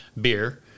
beer